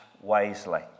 wisely